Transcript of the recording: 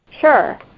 Sure